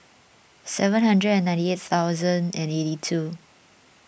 seven hundred and ninety thousand eight eighty two